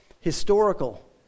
historical